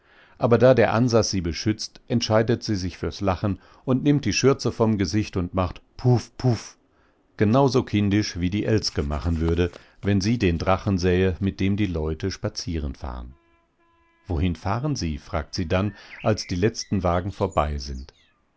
aber da der ansas sie beschützt entscheidet sie sich fürs lachen und nimmt die schürze vom gesicht und macht puff puff genauso kindisch wie die elske machen würde wenn sie den drachen sähe mit dem die leute spazierenfahren wohin fahren sie fragt sie dann als die letzten wagen vorbei sind